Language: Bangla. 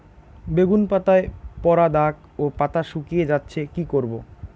বেগুন পাতায় পড়া দাগ ও পাতা শুকিয়ে যাচ্ছে কি করব?